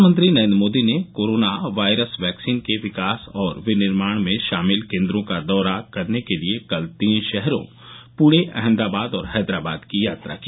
प्रधानमंत्री नरेंद्र मोदी ने coronavirus वैक्सीन के विकास और विनिर्माण में शामिल केंद्रों का दौरा करने के लिए कल तीन शहरों पुणे अहमदाबाद और हैदराबाद की यात्रा की